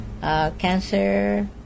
cancer